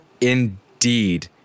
indeed